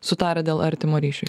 sutarę dėl artimo ryšio